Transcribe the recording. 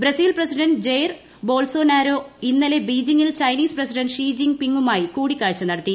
Brazil president Jair Bolsonaro ഇന്നലെ ബീജിംഗിൽ Chinese president Xi Jin പിങ്ങുമായി കൂടിക്കാഴ്ച നടത്തി